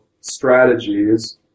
strategies